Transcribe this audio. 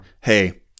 hey